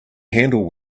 handle